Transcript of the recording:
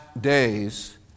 days